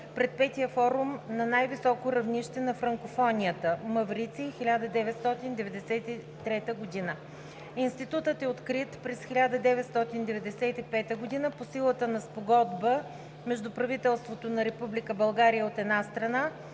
пред Петия форум на най високо равнище на франкофонията (Мавриций, 1993 г.). Институтът е открит през 1995 г. по силата на Спогодба между правителството на Република